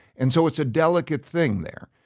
and so it's a delicate thing there,